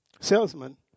salesman